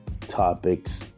topics